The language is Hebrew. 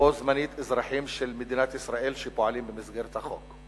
ובו בזמן אזרחים של מדינת ישראל שפועלים במסגרת החוק.